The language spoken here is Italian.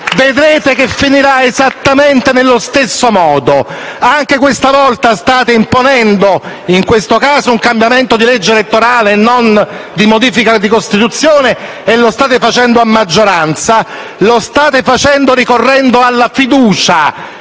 Vedrete che finirà esattamente nello stesso modo: anche questa volta state imponendo, in questo caso un cambiamento di legge elettorale e non una modifica della Costituzione, a maggioranza e lo state facendo ricorrendo alla fiducia,